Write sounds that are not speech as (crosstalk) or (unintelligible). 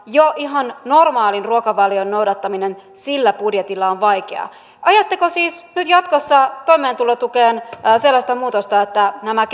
jo ihan normaalin ruokavalion noudattaminen sillä budjetilla on vaikeaa ajatteko siis nyt jatkossa toimeentulotukeen sellaista muutosta että nämä (unintelligible)